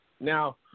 now